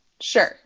Sure